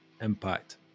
impact